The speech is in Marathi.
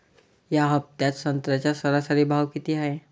या हफ्त्यात संत्र्याचा सरासरी भाव किती हाये?